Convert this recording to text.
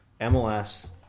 MLS